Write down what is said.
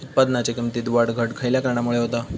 उत्पादनाच्या किमतीत वाढ घट खयल्या कारणामुळे होता?